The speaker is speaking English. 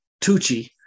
Tucci